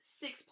six